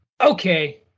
okay